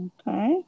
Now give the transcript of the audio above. Okay